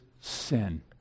Sin